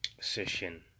session